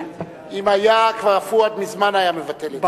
אם היה, פואד כבר מזמן היה מבטל את זה.